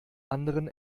anderen